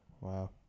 Wow